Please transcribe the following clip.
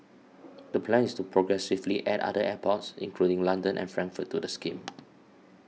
the plan is to progressively add other airports including London and Frankfurt to the scheme